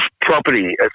property